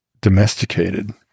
domesticated